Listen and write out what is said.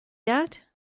that